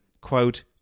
quote